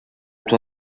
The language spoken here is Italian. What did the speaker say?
tua